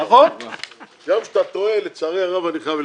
תרשה לי לשאול את השאלה שוב כי שגית נכנסה וזה חשוב.